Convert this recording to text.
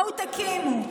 בואו תקימו.